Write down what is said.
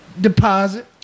deposit